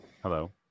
Hello